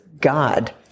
god